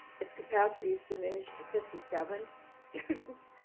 its capacity is diminished to fifty seven students.